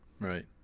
right